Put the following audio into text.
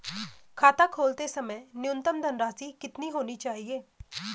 खाता खोलते समय न्यूनतम धनराशि कितनी होनी चाहिए?